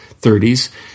30s